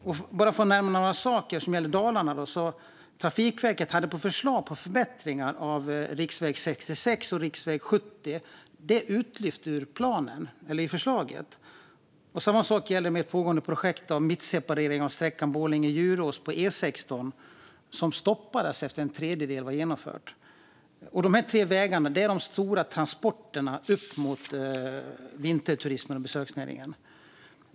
För att bara nämna ett par saker som gäller Dalarna: Trafikverket hade förslag på förbättringar av riksväg 66 och riksväg 70, och det är utlyft ur planen. Samma sak gäller ett pågående projekt med mittseparering av sträckan Borlänge-Djurås på E16, som stoppades efter att en tredjedel var genomfört. De här tre vägarna utgör de stora transportsträckorna upp mot vinterturismen och besöksnäringen.